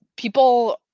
People